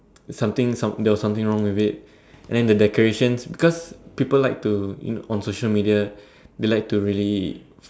something some there was something wrong with it and then the decorations because people like to on social media they like to really